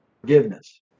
forgiveness